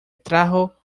trajo